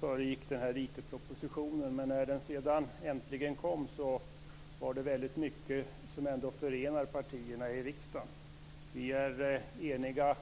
föregick IT-propositionen. Men när den sedan äntligen kom var det mycket som ändå förenar partierna i riksdagen. Vi är eniga,